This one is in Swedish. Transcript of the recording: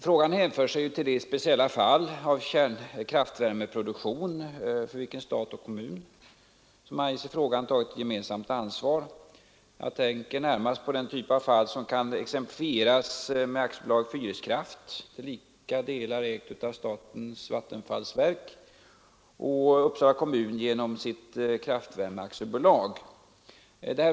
Frågan hänför sig till det speciella fall av kraftvärmeproduktion för vilket stat och kommun — som anges i frågan — tagit ett gemensamt ansvar. Jag tänker närmast på den typ av fall som kan exemplifieras med Fyriskraft AB — till lika delar ägt av statens vattenfallsverk och Uppsala kommun genom Uppsala kraftvärme AB.